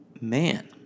Man